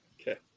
Okay